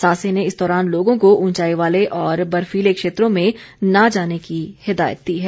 सासे ने इस दौरान लोगों को ऊंचाई वाले और बर्फीले क्षेत्रों में न जाने की हिदायत दी है